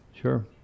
sure